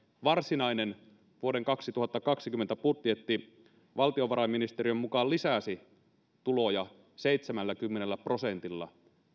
varsinainen vuoden kaksituhattakaksikymmentä budjetti valtiovarainministeriön mukaan lisäsi tuloja seitsemälläkymmenellä prosentilla